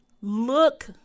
look